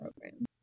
program